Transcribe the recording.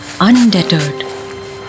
undeterred